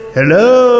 Hello